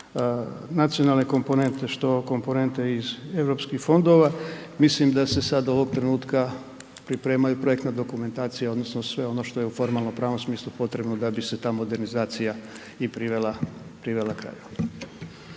nacionalne komponente, što komponente iz Europskih fondova. Mislim da se sad ovog trenutka priprema i projektna dokumentacija odnosno sve ono što je u formalno pravnom smislu potrebno da bi se ta modernizacija i privela,